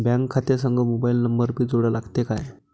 Bank खात्या संग mobile number भी जोडा लागते काय?